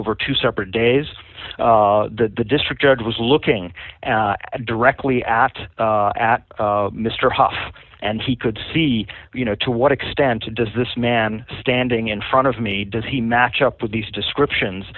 over two separate days that the district judge was looking directly asked at mr hof and he could see you know to what extent does this man standing in front of me does he match up with these descriptions